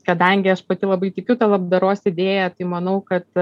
kadangi aš pati labai tikiu ta labdaros idėja tai manau kad